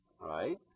right